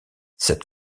cette